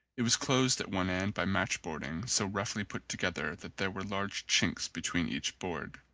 it was closed at one end by matchboarding so roughly put together that there were large chinks between each board.